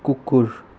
कुकुर